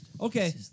Okay